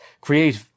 Create